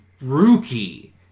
Rookie